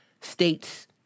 states